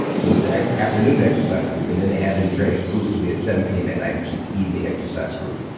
so this is the afternoon exercise group. and then they had them train exclusively at seven p m. at night, which is the evening exercise group.